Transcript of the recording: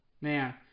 Man